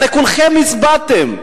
הרי כולכם הצבעתם.